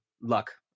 luck